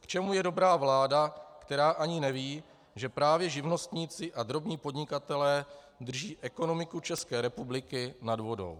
K čemu je dobrá vláda, která ani neví, že právě živnostníci a drobní podnikatelé drží ekonomiku České republiky nad vodou?